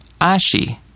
Ashi